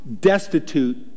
destitute